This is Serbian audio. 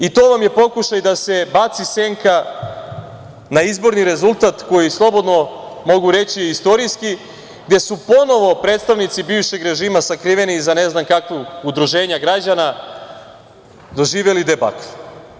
I to vam je pokušaj da se baci senka na izborni rezultat koji je, slobodno mogu reći, istorijski, gde su ponovo predstavnici bivšeg režima sakriveni iza ne znam kakvog udruženja građana doživeli debakl.